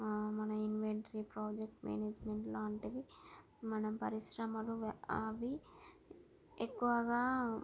మన inventory project management లాంటివి మనం పరిశ్రమలు అవి ఎక్కువగా